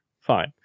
fine